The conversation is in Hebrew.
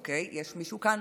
אוקיי, יש מישהו כאן